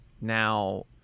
Now